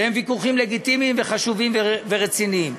שהם ויכוחים לגיטימיים וחשובים ורציניים,